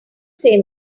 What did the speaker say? say